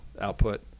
output